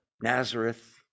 Nazareth